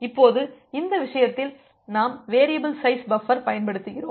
இப்போது இந்த விஷயத்தில் நாம் வேரியபில் சைஸ் பஃபர் பயன்படுத்துகிறோம்